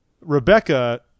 Rebecca